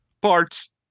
Parts